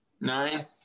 Nine